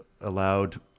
allowed